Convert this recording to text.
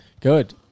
Good